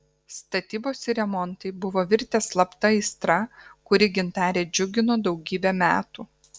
statybos ir remontai buvo virtę slapta aistra kuri gintarę džiugino daugybę metų